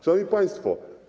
Szanowni Państwo.